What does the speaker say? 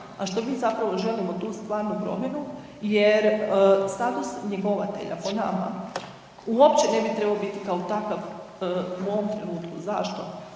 a što mi zapravo želimo tu stvarnu promjenu jer njegovatelja po nama uopće ne bi trebao biti kao takav u ovom trenutku. Zašto?